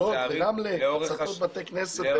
בלוד, ברמלה שרפו בתי כנסת.